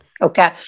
Okay